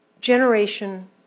Generation